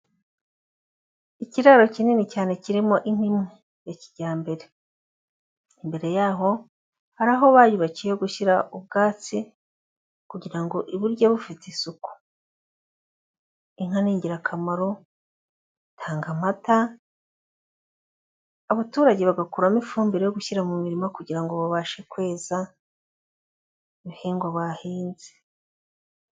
Ikiraro kinini cyane kirimo inka imwe ya kijyambere, imbere yaho hari aho bayubakiye ho gushyira ubwatsi kugira ngo iburyo bufite isuku, inka ni ingirakamaro, itanga amata, abaturage bagakuramo ifumbire yo gushyira mu mirima kugira ngo babashe kweza, ibihingwa bahinze.